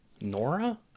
Nora